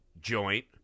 joint